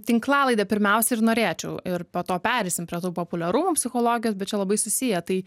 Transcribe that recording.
tinklalaidę pirmiausia ir norėčiau ir po to pereisim prie to populiarumų psichologijos bet čia labai susiję tai